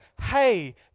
hey